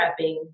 prepping